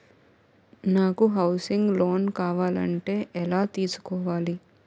నాకు housing loan కావాలంటే ఎలా తీసుకోవాలి?